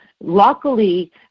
luckily